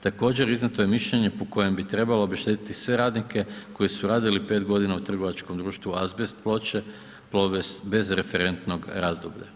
Također, iznijeto je mišljenje po kojem bi trebalo obešteti sve radnike koji su radili 5 g. u trgovačkom društvu azbest ploče Plobest d.d. bez referentnog razdoblja.